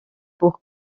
pour